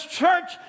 church